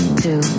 two